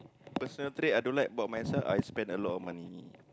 personal trait I don't like about myself I spend a lot of money